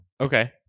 Okay